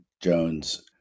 Jones